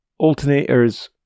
Alternators